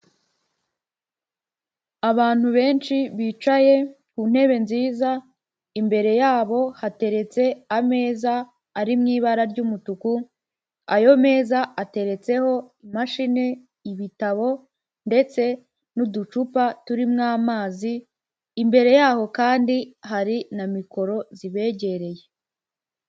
Abantu benshi bicaye ku ntebe nziza, imbere yabo hateretse ameza ari mu ibara ry'umutuku, ayo meza ateretseho imashini, ibitabo, ndetse n'uducupa turirimo amazi, imbere yaho kandi hari na mikoro zibegereye.